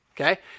Okay